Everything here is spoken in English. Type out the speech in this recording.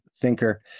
thinker